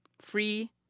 free